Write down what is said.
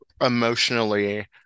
Emotionally